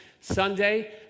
Sunday